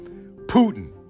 Putin